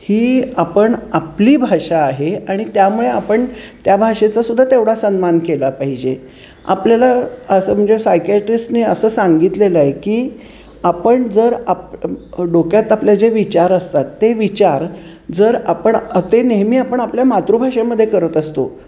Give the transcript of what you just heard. ही आपण आपली भाषा आहे आणि त्यामुळे आपण त्या भाषेचासुद्धा तेवढा सन्मान केला पाहिजे आपल्याला असं म्हणजे सायकॅट्रिस्टने असं सांगितलेलं आहे की आपण जर आप डोक्यात आपल्या जे विचार असतात ते विचार जर आपण ते नेहमी आपण आपल्या मातृभाषेमध्ये करत असतो